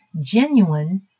genuine